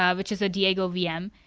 ah which is a diego vm,